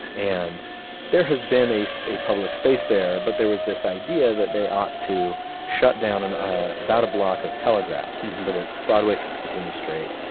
and there has been a so a public space there, but there was this idea that they ought to shut down and about a block of telegraph so that broadway could continue straight,